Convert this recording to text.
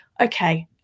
Okay